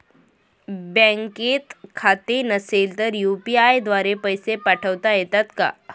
बँकेत खाते नसेल तर यू.पी.आय द्वारे पैसे पाठवता येतात का?